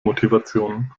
motivation